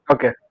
Okay